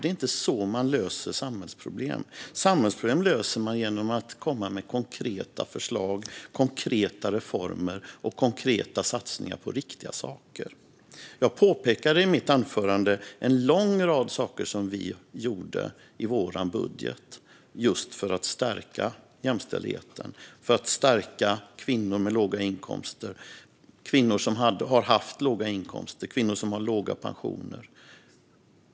Det är inte så man löser samhällsproblem. Samhällsproblem löser man genom att komma med konkreta förslag, konkreta reformer och konkreta satsningar på riktiga saker. Jag påpekade i mitt anförande en lång rad saker som vi gjorde i vår budget just för att stärka jämställdheten, för att stärka kvinnor med låga inkomster och för att stärka kvinnor som har haft låga inkomster och har låga pensioner.